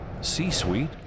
C-Suite